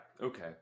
Okay